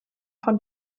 von